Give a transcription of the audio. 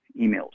emails